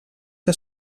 que